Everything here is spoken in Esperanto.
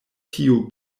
tiu